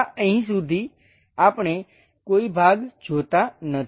આ અહીં સુધી આપણે કોઈ ભાગ જોતા નથી